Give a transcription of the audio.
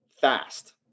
fast